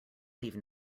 leave